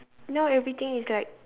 now everything is like